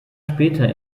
später